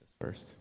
first